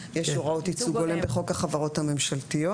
יש הוראות ייצוג הולם בחוק החברות הממשלתיות,